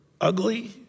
ugly